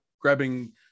grabbing